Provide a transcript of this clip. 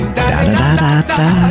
Da-da-da-da-da